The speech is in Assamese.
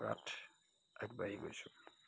কৰাত আগবাঢ়ি গৈছোঁ